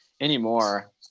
anymore